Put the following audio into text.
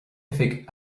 oifig